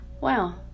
wow